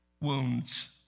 wounds